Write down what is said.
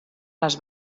les